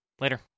later